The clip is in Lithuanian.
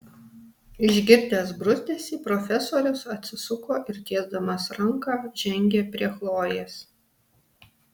išgirdęs bruzdesį profesorius atsisuko ir tiesdamas ranką žengė prie chlojės